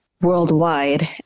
worldwide